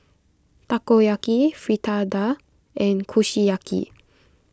Takoyaki Fritada and Kushiyaki